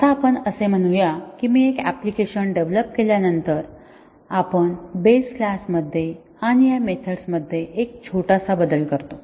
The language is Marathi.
आता आपण असे म्हणूया की मी एक ऍप्लिकेशन डेव्हलोप केल्यानंतर आपण बेस क्लास मध्ये आणि या मेथड्स मध्ये एक छोटासा बदल करतो